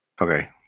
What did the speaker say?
Okay